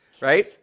right